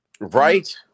right